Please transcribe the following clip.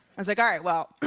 i was like, all right, well,